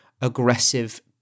aggressive